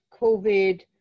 covid